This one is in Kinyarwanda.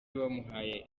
bamubaye